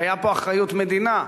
שהיתה פה אחריות המדינה,